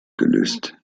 gelöst